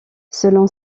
selon